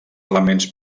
elements